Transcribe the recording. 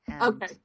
Okay